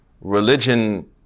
religion